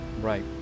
Right